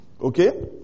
okay